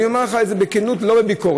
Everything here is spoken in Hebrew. אני אומר לך את זה בכנות, לא בביקורת,